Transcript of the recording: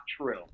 true